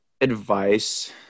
advice –